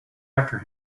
after